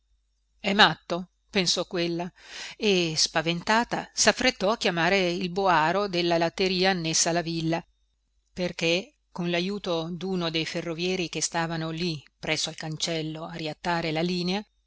è matto pensò quella e spaventata saffrettò a chiamare il boaro della latteria annessa alla villa perché con lajuto duno del ferrovieri che stavano lì presso al cancello a riattare la linea